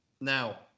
now